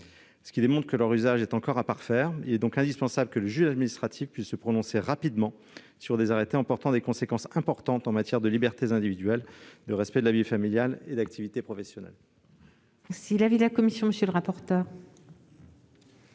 ce qui démontre que leur usage est encore à parfaire. Il est donc indispensable que le juge administratif puisse se prononcer rapidement sur des arrêtés emportant des conséquences aussi lourdes en matière de libertés individuelles, de respect de la vie familiale et d'activité professionnelle.